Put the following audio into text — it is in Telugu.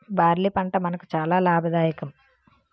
బార్లీ పంట మనకు చాలా లాభదాయకం